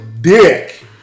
dick